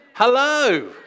Hello